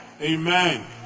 Amen